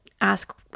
ask